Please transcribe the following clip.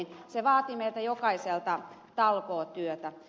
se vaatii meiltä jokaiselta talkootyötä